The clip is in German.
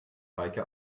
heike